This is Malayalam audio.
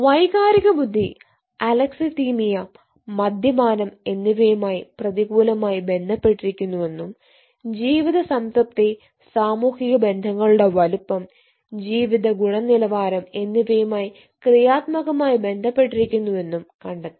വൈകാരിക ബുദ്ധി അലക്സിതിമിയ മദ്യപാനം എന്നിവയുമായി പ്രതികൂലമായി ബന്ധപ്പെട്ടിരിക്കുന്നുവെന്നും ജീവിത സംതൃപ്തി സാമൂഹിക ബന്ധങ്ങളുടെ വലുപ്പം ജീവിത ഗുണനിലവാരം എന്നിവയുമായി ക്രിയാത്മകമായി ബന്ധപ്പെട്ടിരിക്കുന്നുവെന്നും കണ്ടെത്തി